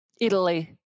Italy